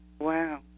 Wow